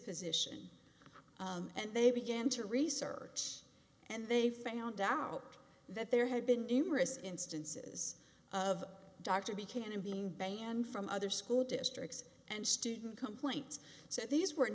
position and they began to research and they found out that there had been numerous instances of dr b cannon being banned from other school districts and student complaints so these were